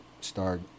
start